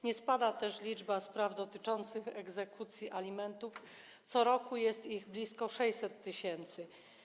Nie spada też liczba spraw dotyczących egzekucji alimentów, co roku jest ich blisko 600 tys.